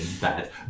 bad